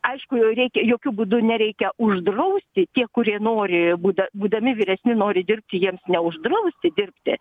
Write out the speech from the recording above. aišku reikia jokiu būdu nereikia uždrausti tie kurie nori būda būdami vyresni nori dirbt jiems neuždrausti dirbti